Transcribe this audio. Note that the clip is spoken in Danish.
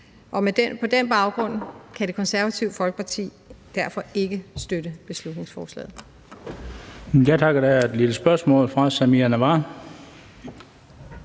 På den baggrund kan Det Konservative Folkeparti derfor ikke støtte beslutningsforslaget.